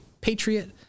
patriot